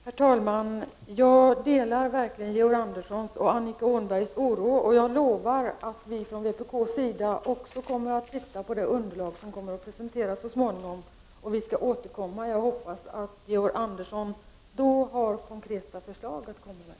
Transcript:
Herr talman! Jag delar verkligen Georg Anderssons och Annika Åhnbergs oro, och jag lovar att vi från vpk:s sida också kommer att se på det underlag som kommer att presenteras så småningom. Vi skall återkomma; jag hoppas att Georg Andersson då har konkreta förslag att komma med.